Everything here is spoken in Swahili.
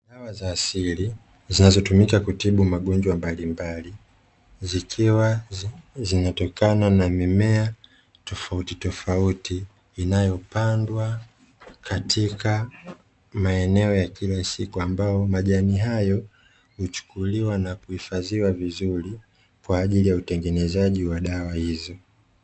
Dawa za asili zinazotumika kutibu magonjwa mbalimbali, zikiwa zinatokana na mimea tofautitofauti inayopandwa katika maeneo ya kila siku, ambayo majani hayo huchukuliwa na kuhifadhiwa vizuri kwa ajili ya utengenezaji wa dawa hizo.